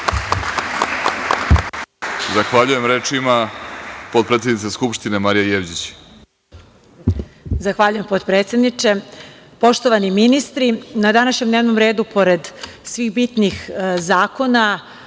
Zahvaljujem. Reč ima potpredsednica Skupštine, Marija Jevđić. **Marija Jevđić** Zahvaljujem potpredsedniče. Poštovani ministri, na današnjem dnevnom redu, pored svih bitnih zakona